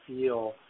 feel